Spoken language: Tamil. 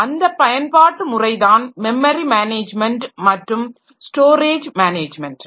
அந்த பயன்பாட்டு முறைதான் மெமரி மேனேஜ்மென்ட் மற்றும் ஸ்டோரேஜ் மேனேஜ்மென்ட்